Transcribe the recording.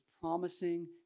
promising